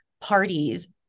parties